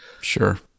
sure